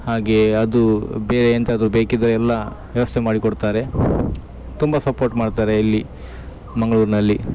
ಹಾಗೇ ಅದು ಬೇರೆ ಎಂತಾದರು ಬೇಕಿದ್ದರೆ ಎಲ್ಲ ವ್ಯವಸ್ಥೆ ಮಾಡಿ ಕೊಡ್ತಾರೆ ತುಂಬ ಸಪೋರ್ಟ್ ಮಾಡ್ತಾರೆ ಇಲ್ಲಿ ಮಂಗ್ಳೂರ್ನಲ್ಲಿ